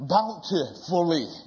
Bountifully